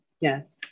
Yes